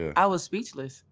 ah i was speechless.